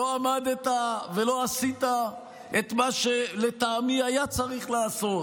לא עמדת ולא עשית את מה שלטעמי היה צריך לעשות,